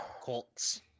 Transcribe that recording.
Colts